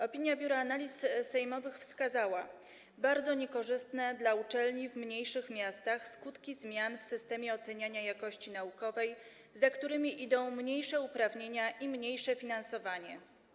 Opinia Biura Analiz Sejmowych wskazała bardzo niekorzystne dla uczelni w mniejszych miastach skutki zmian w systemie oceniania jakości naukowej, za którymi idą mniejsze uprawnienia i mniejsze finansowanie.